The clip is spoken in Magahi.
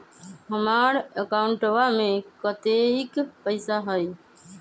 हमार अकाउंटवा में कतेइक पैसा हई?